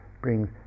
brings